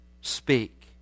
speak